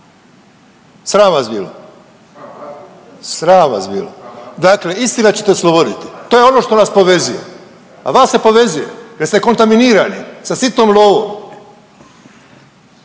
sram vas bilo, sram vas bilo. Dakle, istina će te osloboditi, to je ono što nas povezuje a vas se povezuje jer ste kontaminirani sa sitnom lovom.